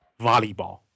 volleyball